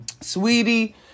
Sweetie